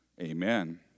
Amen